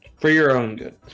for your own good